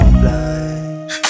blind